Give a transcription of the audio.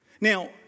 Now